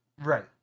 Right